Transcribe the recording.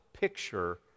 picture